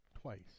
twice